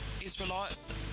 Israelites